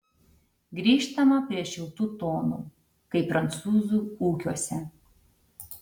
grįžtama prie šiltų tonų kai prancūzų ūkiuose